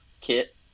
kit